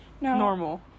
normal